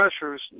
pressures